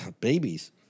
babies